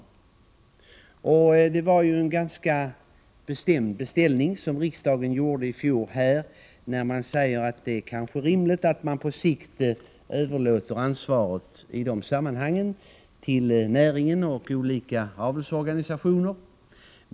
Riksdagen gjorde i fjol en ganska bestämd beställning när riksdagen uttalade att det kanske vore rimligt att på sikt överlåta ansvaret i de sammanhangen till näringen och till olika avelsorganisationer.